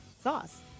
sauce